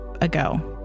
ago